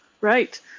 right